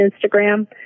Instagram